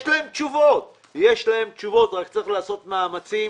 יש להם תשובות אלא שצריך לעשות מאמצים